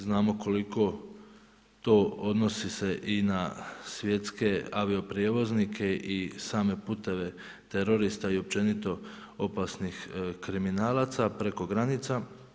Znamo koliko to odnosi se i na svjetske avio prijevoznike i same puteve terorista i općenito opasnih kriminalaca preko granica.